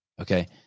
Okay